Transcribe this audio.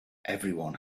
everyone